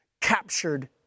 Captured